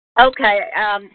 Okay